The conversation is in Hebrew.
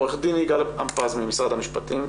עורך דין יגאל עם-פז ממשרד המשפטים.